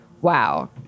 Wow